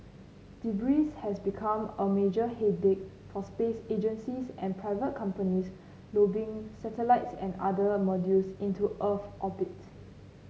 debris has become a major headache for space agencies and private companies lobbing satellites and other modules into Earth orbit